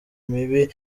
mibi